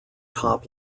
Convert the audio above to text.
top